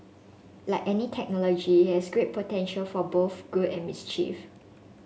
like any technology it has great potential for both good and mischief